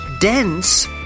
Dense